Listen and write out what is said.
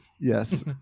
Yes